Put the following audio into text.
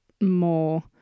more